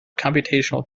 computational